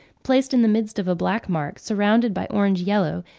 placed in the midst of a black mark, surrounded by orange-yellow,